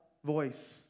Voice